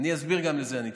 גם לזה אני אתייחס.